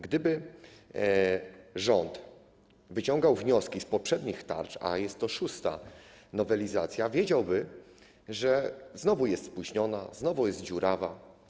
Gdyby rząd wyciągał wnioski z działania poprzednich tarcz, a jest to szósta nowelizacja, wiedziałby, że znowu jest spóźniona, znowu jest dziurawa.